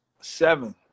seven